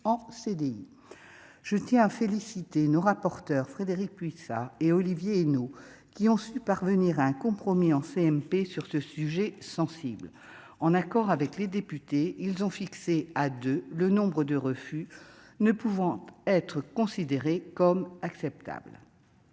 je tiens à féliciter nos rapporteure, Frédérique Puissat et Olivier Henno, qui ont su parvenir à un con. Promis en CMP sur ce sujet sensible, en accord avec les députés, ils ont fixé à 2 le nombre de refus ne pouvant être considéré comme acceptable,